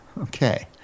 Okay